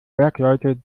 bergleute